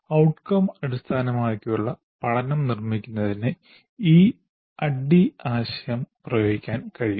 outcome അടിസ്ഥാനമാക്കിയുള്ള പഠനം നിർമ്മിക്കുന്നതിന് ഈ ADDIE ആശയം പ്രയോഗിക്കാൻ കഴിയും